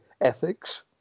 ethics